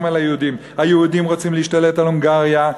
על היהודים: היהודים רוצים להשתלט על הונגריה,